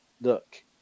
look